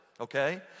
okay